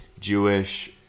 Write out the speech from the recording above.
Jewish